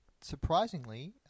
surprisingly